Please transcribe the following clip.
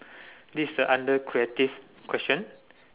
this is a under creative question